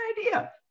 idea